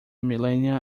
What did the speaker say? millenia